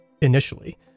initially